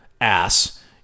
ass